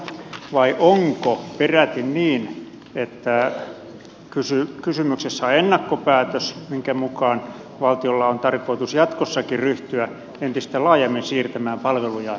vai onko peräti niin että kysymyksessä on ennakkopäätös minkä mukaan valtiolla on tarkoitus jatkossakin ryhtyä entistä laajemmin siirtämään palvelujaan ulkomaille